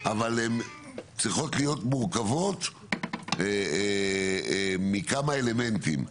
אבל הן צריכות להיות מורכבות מכמה אלמנטים,